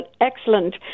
excellent